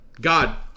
God